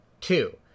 Two